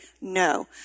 No